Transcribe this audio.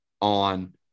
on